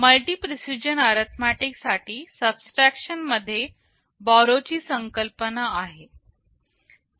multi precision arithmetic साठी subtraction मध्ये borrow ची संकल्पना आहे